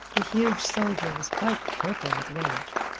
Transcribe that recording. the huge soldier was quite purple with rage.